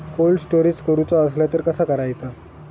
Cold storage करूचा असला तर कसा करायचा?